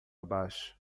abaixo